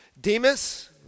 Demas